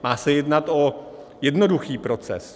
Má se jednat o jednoduchý proces.